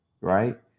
Right